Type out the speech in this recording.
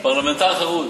פרלמנטר חרוץ.